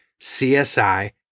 CSI